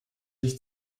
sich